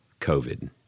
COVID